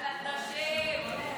גלנט אשם.